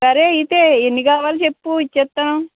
సరే అయితే ఎన్ని కావాలి చెప్పూ ఇచ్చేస్తాను